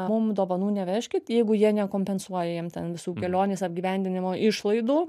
mum dovanų nevežkit jeigu jie nekompensuoja jiem ten visų kelionės apgyvendinimo išlaidų